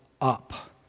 up